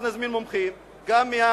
אז נזמין מומחים גם מהמל"ג,